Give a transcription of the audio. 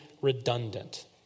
redundant